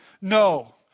No